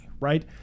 right